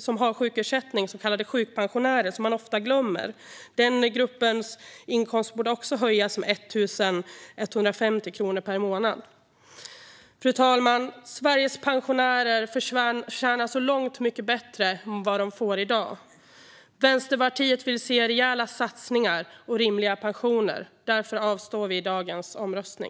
som har sjukersättning, de så kallade sjukpensionärerna, är en grupp man ofta glömmer. Den gruppens inkomst borde också höjas med 1 150 kronor per månad. Fru talman! Sveriges pensionärer förtjänar långt bättre än det de får i dag. Vänsterpartiet vill se rejäla satsningar och rimliga pensioner. Därför avstår vi i dagens omröstning.